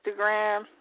Instagram